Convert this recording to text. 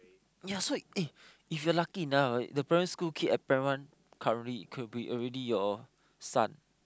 ya so eh if you're lucky enough ah the primary school kid at primary one currently could be already your son